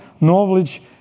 knowledge